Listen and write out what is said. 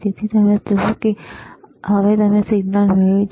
તેથી તમે જુઓ છો કે તમે હવે સિગ્નલ મેળવ્યું છે